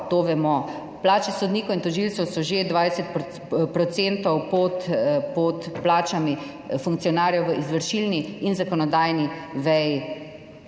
to vemo. Plače sodnikov in tožilcev so že 20 % pod plačami funkcionarjev v izvršilni in zakonodajni veji